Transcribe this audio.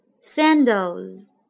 sandals